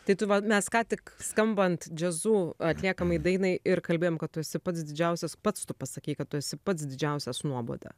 tai tu va mes ką tik skambant jazzu atliekamai dainai ir kalbėjom kad tu esi pats didžiausias pats tu pasakei kad tu esi pats didžiausias nuoboda